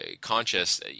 conscious